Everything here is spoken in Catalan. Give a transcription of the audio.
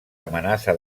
amenaça